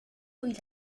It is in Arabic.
إلى